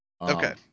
okay